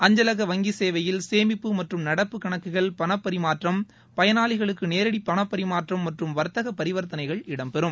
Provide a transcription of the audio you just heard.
அஞ்சலக வங்கி சேவையில் சேமிப்பு மற்றும் நடப்பு கணக்குகள் பண பரிமாற்றம் பயனாளிகளுக்கு நேரடி பணபரிமாற்றம் மற்றும் வர்த்தக பரிவர்த்தனைகள் இடம்பெறும்